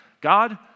God